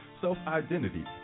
self-identity